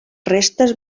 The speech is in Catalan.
restes